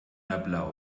nabla